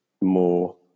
more